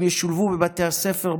הם ישולבו בבתי הספר,